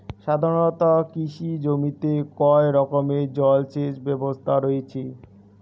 সাধারণত কৃষি জমিতে কয় রকমের জল সেচ ব্যবস্থা রয়েছে?